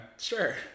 Sure